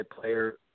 player